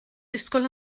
disgwyl